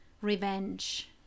revenge